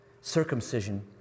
circumcision